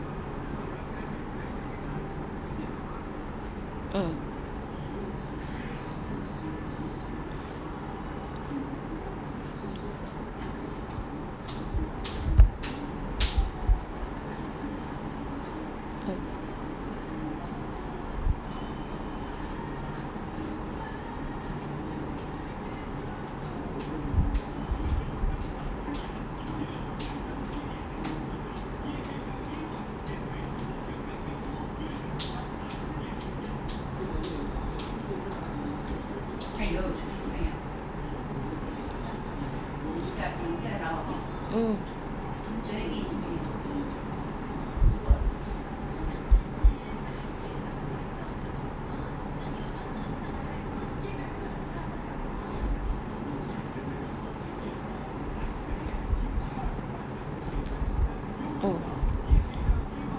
uh mm oh